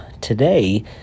today